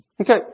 Okay